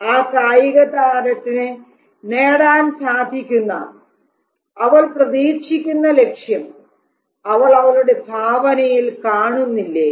ആ കായികതാരത്തിന് നേടാൻ സാധിക്കുന്ന അവൾ പ്രതീക്ഷിക്കുന്ന ലക്ഷ്യം അവൾ അവളുടെ ഭാവനയിൽ കാണുന്നില്ലേ